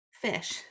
fish